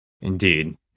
Indeed